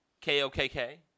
K-O-K-K